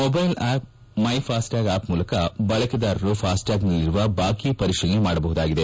mobile app my FASTag app ಮೂಲಕ ಬಳಕೆದಾರರು ಫಾಸ್ಟ್ರಾಗ್ನಲ್ಲಿರುವ ಬಾಕಿ ಪರಿಶೀಲನೆ ಮಾಡಬಹುದಾಗಿದೆ